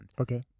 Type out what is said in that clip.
Okay